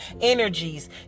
energies